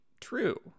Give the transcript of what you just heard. true